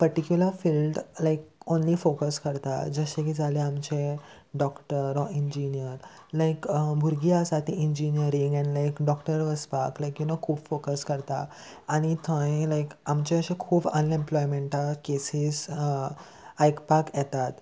particular field like only focus करता जशें की जालें आमचें डॉक्टर ऑर इंजिनियर लायक भुरगीं आसा तीं इंजिनियरींग एन लायक डॉक्टर वचपाक लायक यू नो खूब फोकस घालता आनी थंय लायक आमचे अशे खूब अनएम्प्लॉयमेंटा केसीस आयकपाक येतात